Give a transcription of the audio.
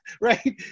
Right